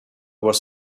was